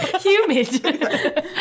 Humid